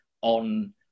on